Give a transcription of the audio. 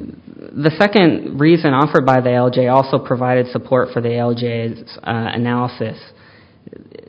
the second reason offered by the algae also provided support for the algae analysis